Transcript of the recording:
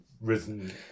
Risen